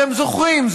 אתם זוכרים,